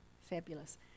fabulous